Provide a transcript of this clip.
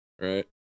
Right